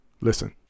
Listen